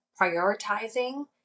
prioritizing